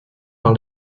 par